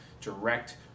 Direct